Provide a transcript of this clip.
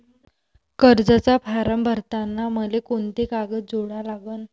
कर्जाचा फारम भरताना मले कोंते कागद जोडा लागन?